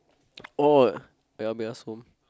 oh oya-beh-ya-som